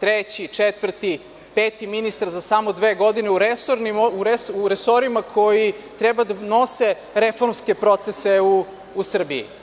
treći, četvrti, peti ministar za samo dve godine u resorima koji treba da nose reformske procese u Srbiji.